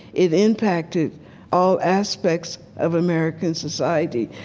it impacted all aspects of american society.